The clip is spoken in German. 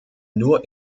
nur